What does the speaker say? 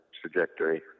trajectory